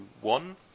one